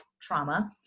trauma